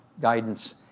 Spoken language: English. guidance